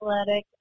athletic